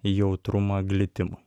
jautrumą glitimui